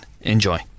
Enjoy